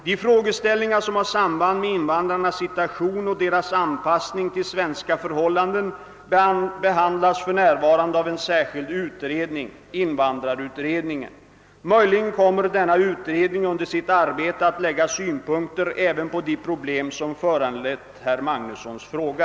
De frågeställningar, som har samband med invandrarnas situation och deras anpassning till svenska förhållanden, behandlas för närvarande av en särskild utredning, invandrarutredningen. Möjligen kommer denna utredning under sitt arbete att anlägga synpunkter även på de problem som föranlett herr Magnussons fråga.